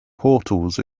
portals